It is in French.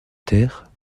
terre